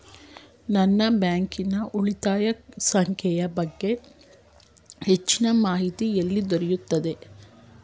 ನನ್ನ ಬ್ಯಾಂಕಿನ ಉಳಿತಾಯ ಸಂಖ್ಯೆಯ ಬಗ್ಗೆ ಹೆಚ್ಚಿನ ಮಾಹಿತಿ ಎಲ್ಲಿ ದೊರೆಯುತ್ತದೆ?